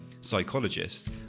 psychologist